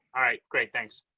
all right, great. thanks.